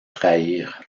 trahir